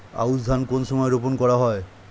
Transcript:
আউশ ধান কোন সময়ে রোপন করা হয়?